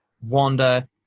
Wanda